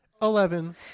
Eleven